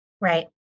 Right